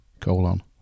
colon